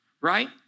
right